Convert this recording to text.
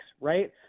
right